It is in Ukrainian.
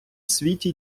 світі